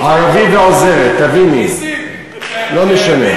ערבי ועוזרת, תביני, לא משנה.